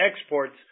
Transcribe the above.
exports